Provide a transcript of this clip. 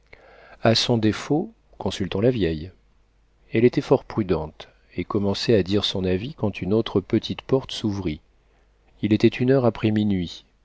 a son défaut consultons la vieille elle était fort prudente et commençait à dire son avis quand une autre petite porte s'ouvrit il était une heure après minuit